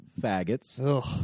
faggots